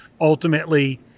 ultimately